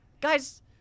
guys